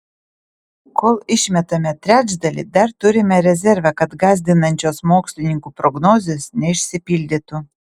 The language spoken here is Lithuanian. kol išmetame trečdalį dar turime rezervą kad gąsdinančios mokslininkų prognozės neišsipildytų